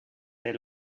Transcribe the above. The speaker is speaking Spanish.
del